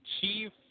chief